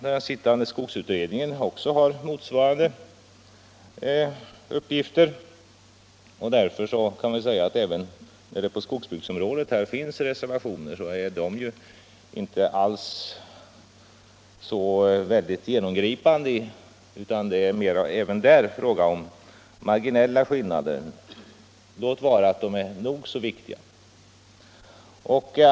Den sittande skogsutredningen har här motsvarande uppgifter. Även om det på skogsbrukets område finns reservationer i betänkandet är dessa inte alls genomgripande, utan det är mera fråga om marginella skillnader — låt vara att de är nog så viktiga.